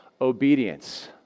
obedience